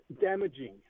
damaging